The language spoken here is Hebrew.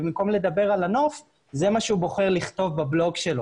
ובמקום לדבר על הנוף זה מה שהוא בוחר לכתוב בבלוג שלו.